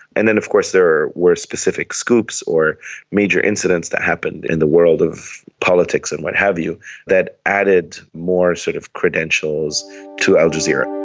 and then of course there were specific scoops or major incidents that happened in the world of politics and what have you that added more sort of credentials to al jazeera.